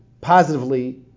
positively